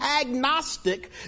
agnostic